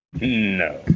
No